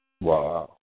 Wow